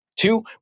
Two